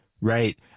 Right